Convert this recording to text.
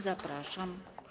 Zapraszam.